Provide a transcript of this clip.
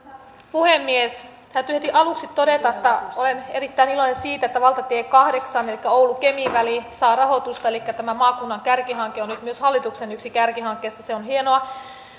puhemies täytyy heti aluksi todeta että olen erittäin iloinen siitä että valtatie kahdeksan elikkä oulu kemi väli saa rahoitusta elikkä tämä maakunnan kärkihanke on nyt myös yksi hallituksen kärkihankkeista se on hienoa